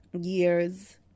years